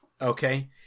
Okay